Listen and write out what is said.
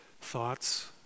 thoughts